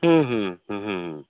হুম হুম হুম হুম